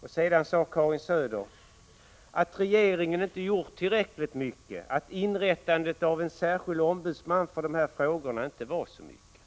Och sedan sade Karin Söder att regeringen inte gjort tillräckligt mycket, att inrättandet av en särskild ombudsman för de här frågorna inte var så mycket.